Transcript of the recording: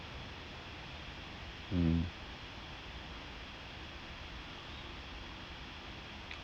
mm